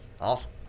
Awesome